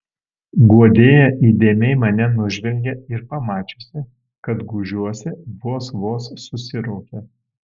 guodėja įdėmiai mane nužvelgė ir pamačiusi kad gūžiuosi vos vos susiraukė